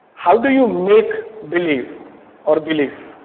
how do you make belief or belief.